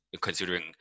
considering